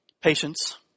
Patience